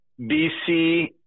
BC